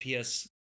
PS